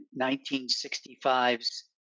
1965's